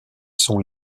sont